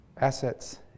assets